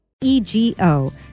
E-G-O